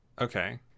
Okay